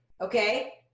Okay